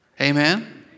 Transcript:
Amen